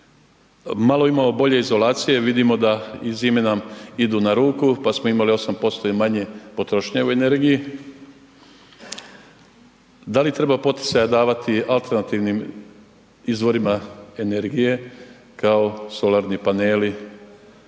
malo imamo bolje izolacije, vidimo da i zime nam idu na ruku, pa smo imali 8% i manje potrošnje u energiji. Da li treba poticaje davati alternativnim izvorima energije kao solarni paneli